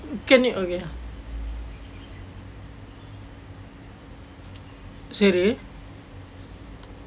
can you okay சரி:sari